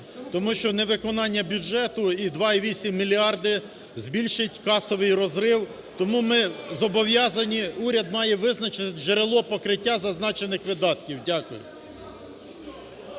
тому що невиконання бюджету і 2,8 мільярди збільшать касовий розрив. Тому ми зобов'язані, уряд має визначити джерело покриття зазначених видатків. Дякую.